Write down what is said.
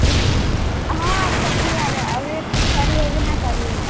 હં હા છેલ્લી વાર હવે ફરી એવું ના કરીએ